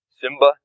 Simba